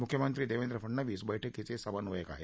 मुख्यमंत्री देवेंद्र फडणवीस बैठकीचे समन्वयक आहेत